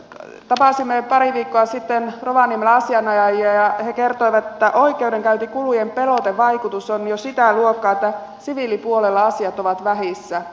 tapasimme pari viikkoa sitten rovaniemellä asianajajia ja he kertoivat että oikeudenkäyntikulujen pelotevaikutus on jo sitä luokkaa että siviilipuolella asiat ovat vähissä